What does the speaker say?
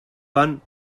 pan